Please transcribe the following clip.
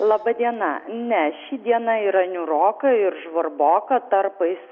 laba diena ne ši diena yra niūroka ir žvarboka tarpais